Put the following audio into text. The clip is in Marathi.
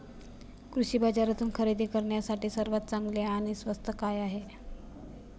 कृषी बाजारातून खरेदी करण्यासाठी सर्वात चांगले आणि स्वस्त काय आहे?